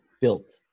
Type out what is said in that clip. built